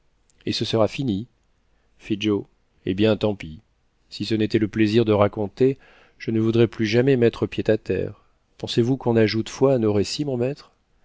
et ce sera fini fit joe eh bien tant pis si ce n'était le plaisir de raconter je ne voudrais plus jamais mettre pied à terre pensez-vous qu'on ajoute foi à nos récits mon maître